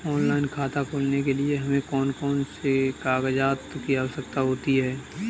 Online खाता खोलने के लिए हमें कौन कौन से कागजात की आवश्यकता होती है?